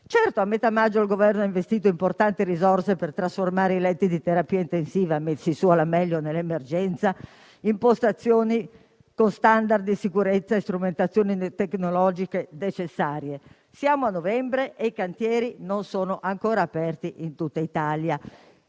Certo, a metà maggio il Governo ha investito importanti risorse per trasformare i letti di terapia intensiva, messi su alla meglio nell'emergenza, impostazioni con *standard* di sicurezza e strumentazioni tecnologiche necessarie. Siamo a novembre e i cantieri non sono ancora aperti in tutta Italia.